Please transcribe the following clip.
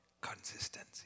Consistency